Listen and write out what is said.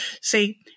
See